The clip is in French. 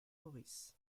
maurice